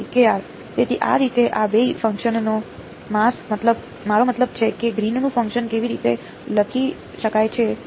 વિદ્યાર્થી k r તેથી આ રીતે આ બે ફંક્શન્સનો મારો મતલબ છે કે ગ્રીનનું ફંક્શન કેવી રીતે લખી શકાય છે